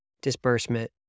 disbursement